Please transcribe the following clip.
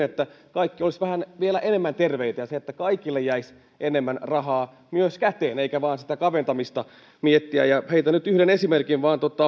että kaikki olisivat vielä vähän enemmän terveitä ja että kaikille jäisi myös enemmän rahaa käteen eikä vain sitä kaventamista miettiä heitän nyt yhden esimerkin